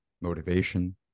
motivation